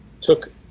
took